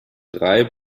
drei